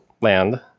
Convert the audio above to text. land